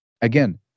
again